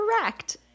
correct